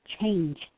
change